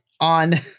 on